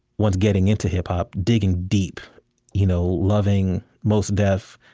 once getting into hip-hop, digging deep you know loving mos def,